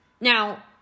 Now